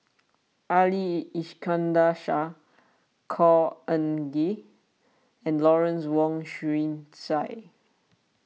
Ali Iskandar Shah Khor Ean Ghee and Lawrence Wong Shyun Tsai